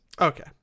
Okay